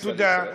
תודה,